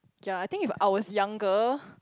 yea I think if I was younger